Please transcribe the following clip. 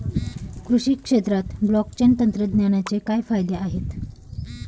कृषी क्षेत्रात ब्लॉकचेन तंत्रज्ञानाचे काय फायदे आहेत?